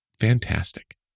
fantastic